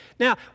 Now